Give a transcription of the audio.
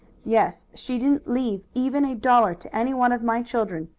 yes, she didn't leave even a dollar to any one of my children,